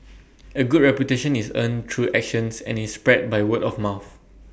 A good reputation is earned through actions and is spread by word of mouth